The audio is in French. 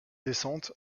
descente